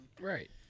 Right